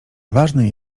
ważne